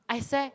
I swear